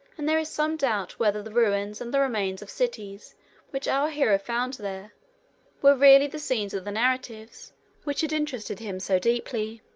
and there is some doubt whether the ruins and the remains of cities which our hero found there were really the scenes of the narratives which had interested him so deeply.